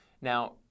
now